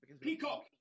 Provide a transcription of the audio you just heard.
Peacock